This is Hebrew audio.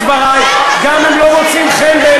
אני אומר את דברי, גם אם הם לא מוצאים חן בעיניכם.